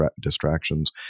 distractions